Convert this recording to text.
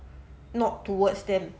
not towards them